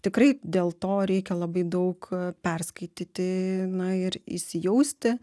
tikrai dėl to reikia labai daug perskaityti na ir įsijausti